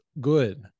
good